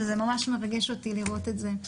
וזה ממש מרגש אותי לראות את זה.